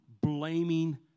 blaming